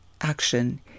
action